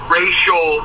racial